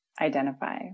identify